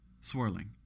swirling